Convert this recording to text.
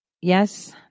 Yes